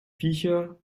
viecher